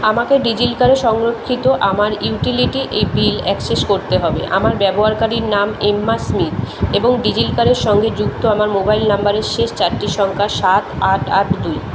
আমাকে ডিজিলকারে সংরক্ষিত আমার ইউটিলিটি ই বিল অ্যাক্সেস করতে হবে আমার ব্যবহারকারীর নাম এম্মা স্মিথ এবং ডিজিলকারের সঙ্গে যুক্ত আমার মোবাইল নম্বরের শেষ চারটি সংখ্যা সাত আট আট দুই